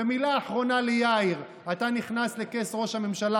ומילה אחרונה ליאיר: אתה נכנס לכס ראש הממשלה,